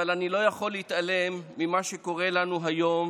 אבל אני לא יכול להתעלם ממה שקורה לנו היום